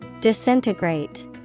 Disintegrate